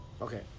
Okay